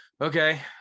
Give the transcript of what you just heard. okay